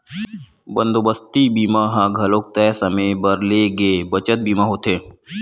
बंदोबस्ती बीमा ह घलोक तय समे बर ले गे बचत बीमा होथे